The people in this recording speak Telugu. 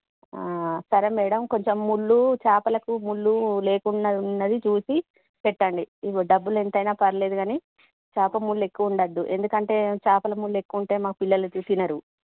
సరే మేడం కొంచెం ముల్లు చేపలకి ముల్లు లేకుండా ఉన్నది చూసి పెట్టండి ఇదిగో డబ్బులు ఎంతైనా పర్లేదు కానీ చేప ముల్లు ఎక్కువ ఉండద్దు ఎందుకంటే చేపలకు ముల్లు ఎక్కువ ఉంటే మా పిల్లలు వచ్చేసి తినరు